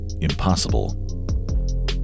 impossible